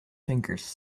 fingers